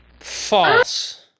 False